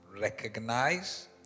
recognize